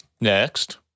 Next